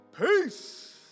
peace